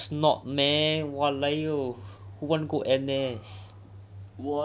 of course not man !waliao! who want go N_S